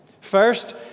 First